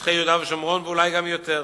משטחי יהודה ושומרון, ואולי גם יותר,